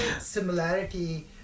similarity